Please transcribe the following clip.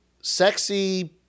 sexy